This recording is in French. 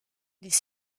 les